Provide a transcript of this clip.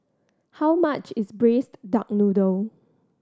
how much is Braised Duck Noodle